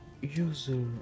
User